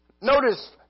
Notice